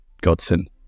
godsend